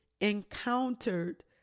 encountered